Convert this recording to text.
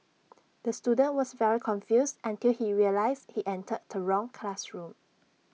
the student was very confused until he realised he entered the wrong classroom